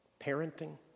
parenting